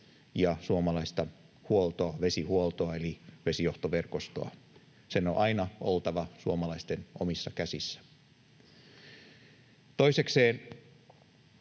ja suomalaista vesihuoltoa eli vesijohtoverkostoa. Sen on aina oltava suomalaisten omissa käsissä. Toisekseen